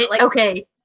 Okay